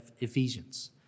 Ephesians